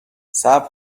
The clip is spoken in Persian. صبر